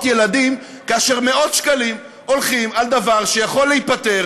ילדים כאשר מאות שקלים הולכים על דבר שיכול להיפתר